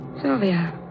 Sylvia